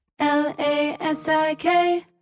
LASIK